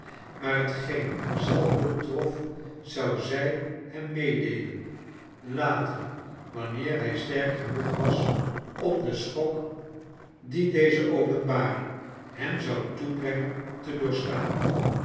maar hetgeen hem zelf betrof zou zij hem meedeelen later wanneer hij sterk genoeg was om den schok dien deze openbaring hem zou toebrengen te